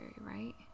right